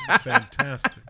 Fantastic